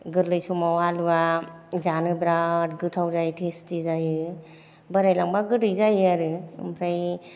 गोरलै समाव आलुवा जानो बिराट गोथाव जायो टेस्टि जायो बोरायलांबा गोदै जायो आरो ओमफ्राय